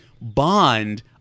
Bond